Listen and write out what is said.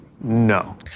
no